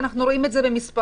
ואנחנו רואים את זה במספרים.